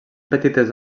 petites